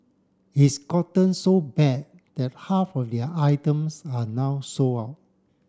it's gotten so bad that half of their items are now sold out